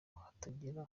hatagira